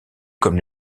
comme